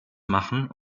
machen